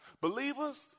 Believers